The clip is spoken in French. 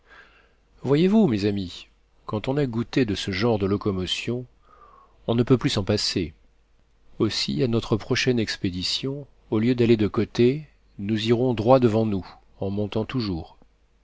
voyez-vous mes amis quand on a goûté de ce genre de locomotion on ne peut plus s'en passer aussi à notre prochaine expédition au lieu d'aller de côté nous irons droit devant nous en montant toujours